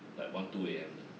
like one two A_M 的